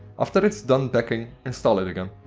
after it's done packing, install it again.